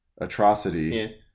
atrocity